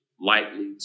lightly